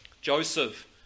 Joseph